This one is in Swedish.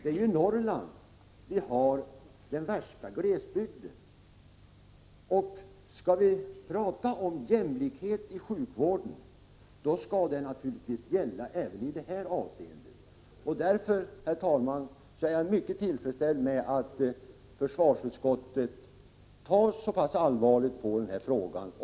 Det är ju i Norrland vi har den värsta glesbygden. Skall man tala om jämlikhet i sjukvården, skall det naturligtvis gälla även i det här avseendet. Därför, herr talman, är jag mycket tillfredsställd med att försvarsutskottet tar så pass allvarligt på denna fråga.